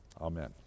Amen